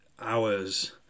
hours